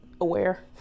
aware